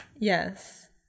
Yes